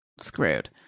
screwed